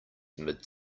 mid